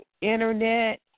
Internet